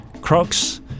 Crocs